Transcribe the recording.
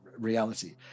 reality